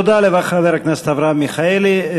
תודה לחבר הכנסת אברהם מיכאלי.